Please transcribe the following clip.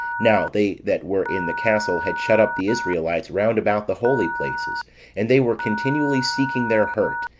now they that were in the castle, had shut up the israelites round about the holy places and they were continually seeking their hurt,